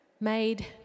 made